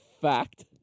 fact